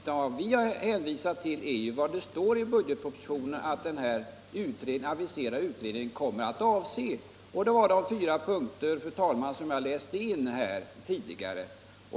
Det som vi har hänvisat till är uttalandet i budgetpropositionen om vad den aviserade utredningen kommer att avse, alltså de fyra punkter, fru talman, som jag hänvisade till tidigare.